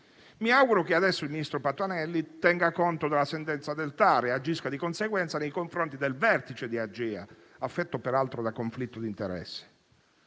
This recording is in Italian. Mi auguro che adesso il ministro Patuanelli tenga conto della sentenza del TAR e agisca di conseguenza nei confronti del vertice di Agea, affetto peraltro da conflitto di interesse.